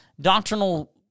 doctrinal